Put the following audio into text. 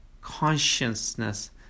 consciousness